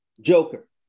Joker